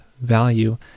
value